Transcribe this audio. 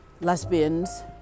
lesbians